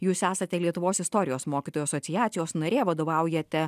jūs esate lietuvos istorijos mokytojų asociacijos narė vadovaujate